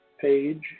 page